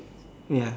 ya